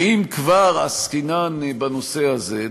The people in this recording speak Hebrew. שאם כבר עסקינן בנושא הזה,